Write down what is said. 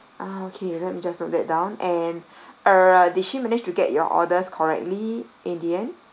ah okay let me just note that down and err did she managed to get your orders correctly in the end